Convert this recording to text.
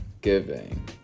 giving